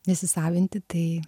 nesisavinti tai